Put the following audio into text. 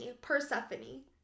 Persephone